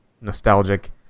nostalgic